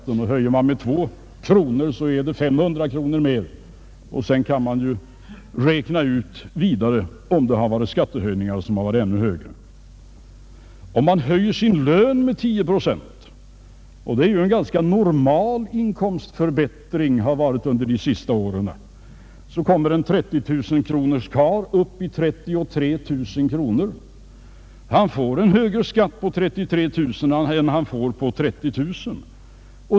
Om man höjer med två kronor blir det 500 kronor mera osv. Om en person får sin lön höjd med tio procent — och det har varit en ganska normal inkomstförbättring under de senaste åren — höjs en lön på 30 000 kronor till 33 000 kronor. På 33 000 kronor får vederbörande en högre skatt än han får på 30 000 kronor.